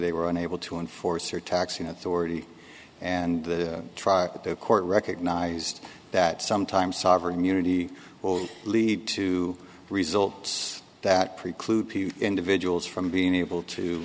they were unable to enforce or taxing authority and try to court recognized that sometimes sovereign immunity will lead to results that preclude individuals from being able to